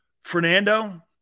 Fernando